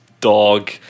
dog